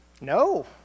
No